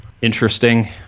interesting